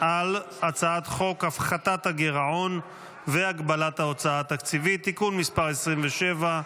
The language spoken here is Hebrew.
על הצעת חוק הפחתת הגירעון והגבלת ההוצאה התקציבית (תיקון מס' 27),